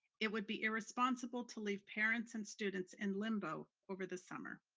it would be irresponsible to leave parents and students in limbo over the summer.